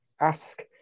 Ask